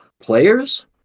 players